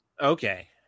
Okay